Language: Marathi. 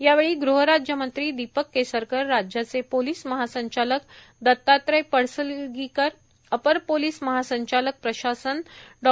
यावेळी गृह राज्य मंत्री दीपक केसरकर राज्याचे पोलीस महासंचालक दत्तात्रय पडसलगीकर अपर पोलीस महसंचालक प्रशासन डॉ